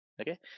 okay